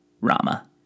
Rama